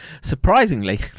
surprisingly